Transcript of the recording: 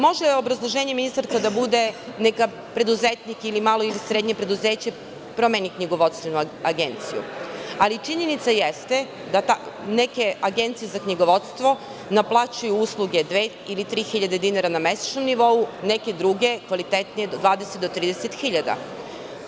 Može obrazloženje, ministarka, da bude – neka preduzetnik ili malo ili srednje preduzeće promeni knjigovodstvenu agenciju, ali činjenica jeste da neke agencije za knjigovodstvo naplaćuju usluge dve ili tri hiljade dinara na mesečnom nivou, neke druge, kvalitetnije, od 20.000 do 30.000 dinara.